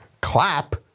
Clap